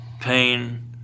pain